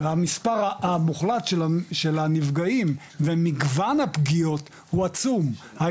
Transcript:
והמספר המוחלט של הנפגעים ומגוון הפגיעות הוא עצום,